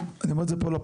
אני אומר את זה לפרוטוקול,